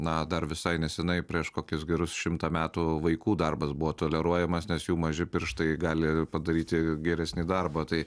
na dar visai nesenai prieš kokius gerus šimtą metų vaikų darbas buvo toleruojamas nes jų maži pirštai gali padaryti geresnį darbą tai